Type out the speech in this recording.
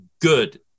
good